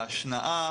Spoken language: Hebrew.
ההשנעה.